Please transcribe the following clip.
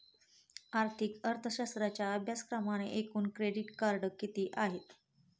आर्थिक अर्थशास्त्राच्या अभ्यासक्रमाचे एकूण क्रेडिट किती आहेत?